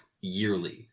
yearly